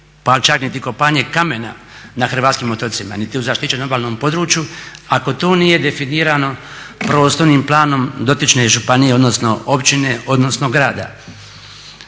pa čak niti kopanje kamena na hrvatskim otocima niti u zaštićenom obalnom području, ako to nije definirano prostornim planom dotične županije odnosno općine, odnosno grada.